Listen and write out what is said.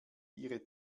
ihre